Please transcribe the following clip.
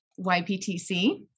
YPTC